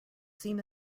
seam